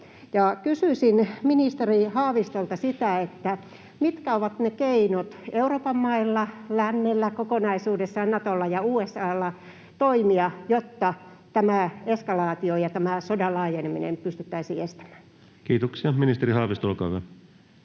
Kysyisin ministeri Haavistolta sitä, mitkä ovat ne keinot Euroopan mailla, lännellä kokonaisuudessaan, Natolla ja USA:lla toimia, jotta tämä eskalaatio ja tämä sodan laajeneminen pystyttäisiin estämään. Kiitoksia. — Ministeri Haavisto, olkaa hyvä.